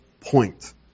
point